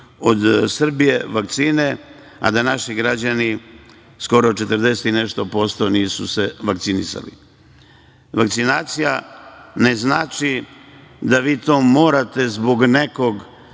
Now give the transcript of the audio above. od Srbije, a naši građani, skoro 40 i nešto posto njih, nisu se vakcinisali. Vakcinacija ne znači da vi to morate zbog nekog